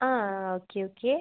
ആ okay okay